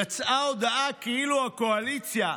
יצאה הודעה כאילו הקואליציה,